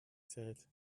said